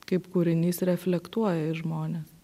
kaip kūrinys reflektuoja į žmones